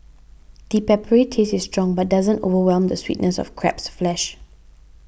the peppery taste is strong but doesn't overwhelm the sweetness of crab's flesh